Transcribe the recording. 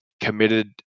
committed